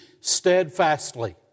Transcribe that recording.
Steadfastly